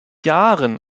jahren